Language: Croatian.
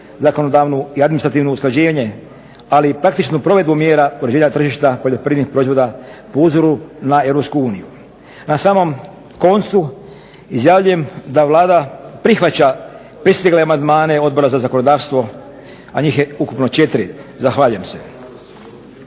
zakonodavno i administrativno usklađenje, ali i praktičnu provedbu mjera uređenja tržišta poljoprivrednih proizvoda po uzoru na EU. Na samom koncu izjavljujem da Vlada prihvaća pristigle amandmane Odbora za zakonodavstvo, a njih je ukupno 4. Zahvaljujem se.